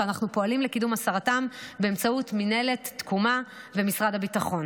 ואנחנו פועלים לקידום הסרתו באמצעות מינהלת תקומה ומשרד הביטחון.